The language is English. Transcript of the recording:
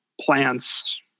plants